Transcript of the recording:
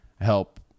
help